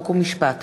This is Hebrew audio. חוק ומשפט.